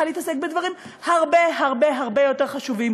להתעסק בדברים הרבה הרבה הרבה יותר חשובים.